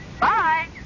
Bye